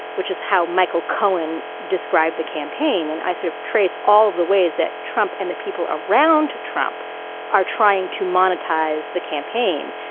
which is how michael cohen described the campaign. and i sort of trace all of the ways that trump and the people around trump are trying to monetize the campaign.